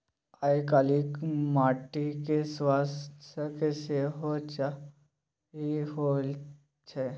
आयकाल्हि माटिक स्वास्थ्यक सेहो जांचि होइत छै